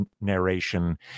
narration